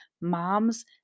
moms